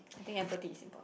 I think empathy is important